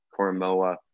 Koromoa